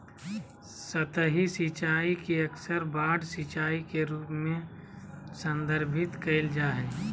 सतही सिंचाई के अक्सर बाढ़ सिंचाई के रूप में संदर्भित कइल जा हइ